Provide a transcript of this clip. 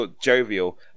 jovial